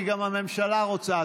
כי גם הממשלה רוצה,